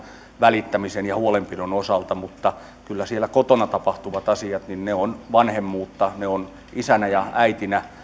välittämisen ja huolenpidon osalta mutta kyllä siellä kotona tapahtuvat asiat ovat vanhemmuutta ne ovat isänä ja äitinä